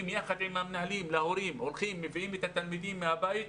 יחד עם המנהלים להורים והולכים ומביאים את התלמידים מהבתים.